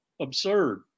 Absurd